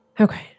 Okay